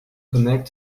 connect